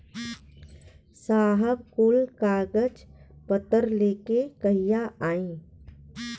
साहब कुल कागज पतर लेके कहिया आई?